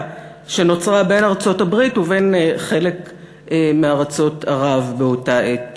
שנוצרה בין ארצות-הברית ובין חלק מארצות ערב באותה העת.